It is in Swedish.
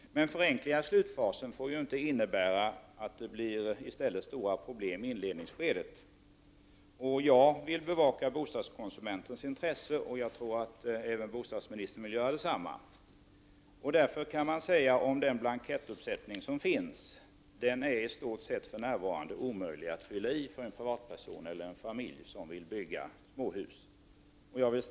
Men förenklingar i slutfasen får inte innebära att det i stället blir stora problem i inledningsskedet. Jag vill bevaka bostadskonsumentens intressen, och jag tror att även bostadsministern vill göra detsamma. De blanketter som för närvarande finns är i stort sett omöjliga att fylla i för en privatperson eller familj som vill bygga småhus.